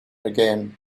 again